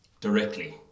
directly